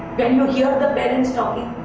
when you hear the parents talking.